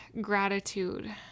gratitude